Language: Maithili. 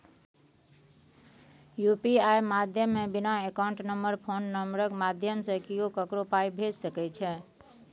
यु.पी.आइ माध्यमे बिना अकाउंट नंबर फोन नंबरक माध्यमसँ केओ ककरो पाइ भेजि सकै छै